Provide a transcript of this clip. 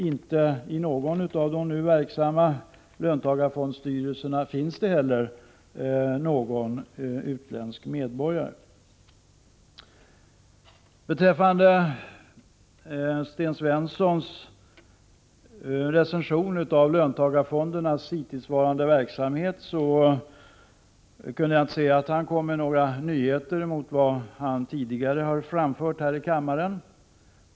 Inte i någon av de nu verksamma löntagarfondsstyrelserna finns det heller någon utländsk medborgare. Beträffande Sten Svenssons recension av löntagarfondernas hittillsvarande verksamhet kunde jag inte se att han kom med några nyheter utöver vad han tidigare har anfört här i kammaren.